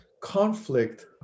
conflict